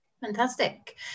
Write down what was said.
Fantastic